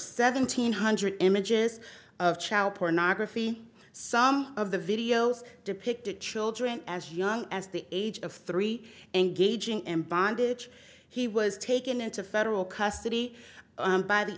seventeen hundred images of child pornography some of the videos depicted children as young as the age of three engaging in bondage he was taken into federal custody by the